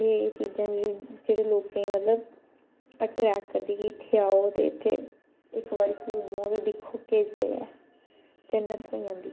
एह् एह् चीजां जेह्ड़ी लोकें मतलब अट्रैकट करदियां कि इत्थै आओ ते इत्थै इक बारी घूमो ते दिक्खो केह् जगह् ऐ जन्नत थ्होई जंदी